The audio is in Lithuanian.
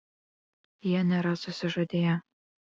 jie nėra susižadėję